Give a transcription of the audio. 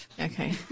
Okay